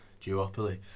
duopoly